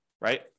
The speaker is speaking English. right